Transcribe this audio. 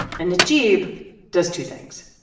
and najeeb does two things.